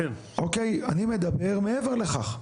אני מדבר מעבר לכך.